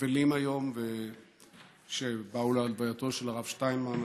אבלים היום ובאו להלווייתו של הרב שטיינמן.